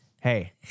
Hey